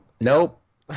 Nope